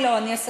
לא, אני אסכם.